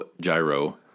gyro